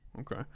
okay